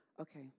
okay